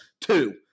two